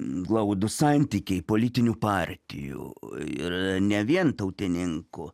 glaudūs santykiai politinių partijų ir ne vien tautininkų